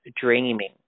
dreaming